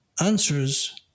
Answers